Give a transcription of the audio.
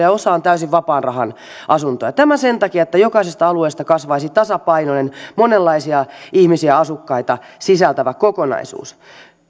ja osa on täysin vapaan rahan asuntoja tämä sen takia että jokaisesta alueesta kasvaisi tasapainoinen monenlaisia ihmisiä asukkaita sisältävä kokonaisuus